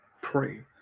Pray